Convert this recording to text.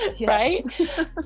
right